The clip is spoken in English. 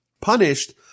punished